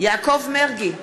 יעקב מרגי,